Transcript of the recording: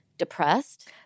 depressed